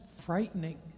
frightening